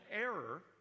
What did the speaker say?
error